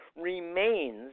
remains